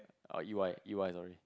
or E_Y E_Y sorry